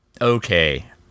Okay